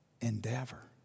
endeavor